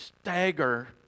stagger